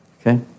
Okay